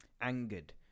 angered